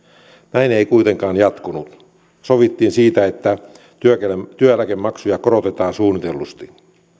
näin ei kuitenkaan jatkunut sovittiin siitä että työeläkemaksuja korotetaan suunnitellusti